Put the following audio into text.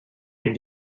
you